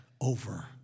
over